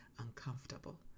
uncomfortable